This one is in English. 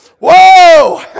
Whoa